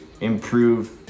improve